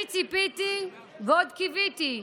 אני ציפיתי ועוד קיוויתי,